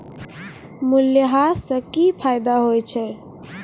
मूल्यह्रास से कि फायदा होय छै?